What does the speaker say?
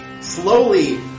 Slowly